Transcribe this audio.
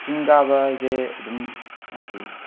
ꯆꯤꯡꯀꯥꯕꯁꯦ ꯑꯗꯨꯝ ꯍꯥꯏꯗꯤ